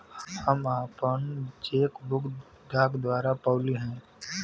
हम आपन cheque book डाक द्वारा पउली है